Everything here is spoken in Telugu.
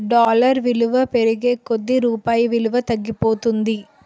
డాలర్ విలువ పెరిగే కొలది రూపాయి విలువ తగ్గిపోతుంది